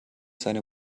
seine